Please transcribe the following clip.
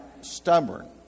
stubborn